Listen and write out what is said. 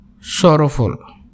sorrowful